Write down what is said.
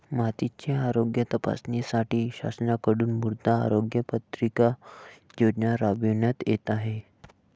मातीचे आरोग्य तपासण्यासाठी शासनाकडून मृदा आरोग्य पत्रिका योजना राबविण्यात येत आहे